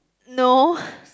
no